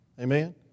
Amen